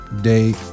day